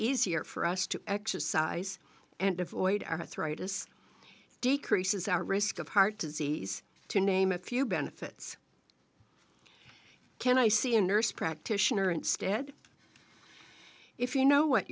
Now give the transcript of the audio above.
easier for us to exercise and avoid arthritis decreases our risk of heart disease to name a few benefits can i see a nurse practitioner instead if you know what